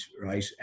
right